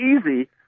easy